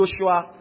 Joshua